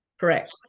Correct